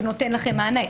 זה נותן לכם מענה.